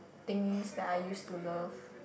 things that I used to love